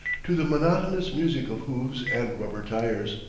to the monotonous music of hoofs and rubber tires.